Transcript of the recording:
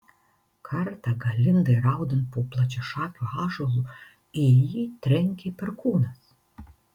kartą galindai raudant po plačiašakiu ąžuolu į jį trenkė perkūnas